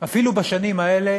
אפילו בשנים האלה